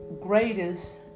greatest